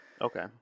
Okay